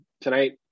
tonight